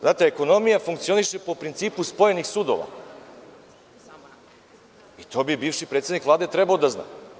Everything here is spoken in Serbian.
Znate, ekonomija funkcioniše po principu spojenih sudova i to bi bivši predsednik Vlade trebao da zna.